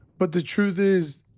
but the truth is,